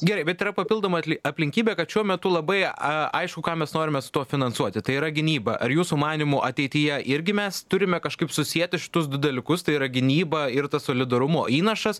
gerai bet yra papildoma aplinkybė kad šiuo metu labai a aišku ką mes norime tuo finansuoti tai yra gynyba ar jūsų manymu ateityje irgi mes turime kažkaip susieti šitus du dalykus tai yra gynyba ir tas solidarumo įnašas